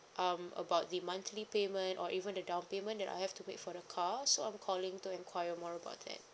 um about the monthly payment or even the down payment that I have to paid for the car so I'm calling to enquire more about that